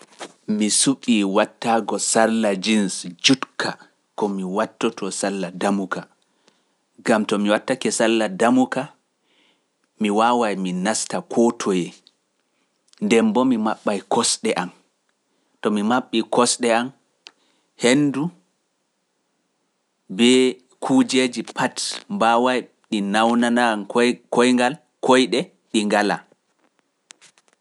Mi suƙii wattaago sarla jeans juutka komi wattotoo salla damuka. ngam to mi wattake salla damuka mi waaway mi nasta koo toye nden boo mi maɓɓay kosɗe am, to mi maɓɓii kosɗe am henndu bee kuujeeji pat mbaawayɗi nawnana yam koyngal - koyɗe ɗi ngalaa.